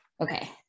okay